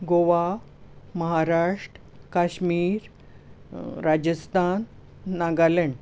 Goa Maharashtra Kashmir Rajasthan Nagaland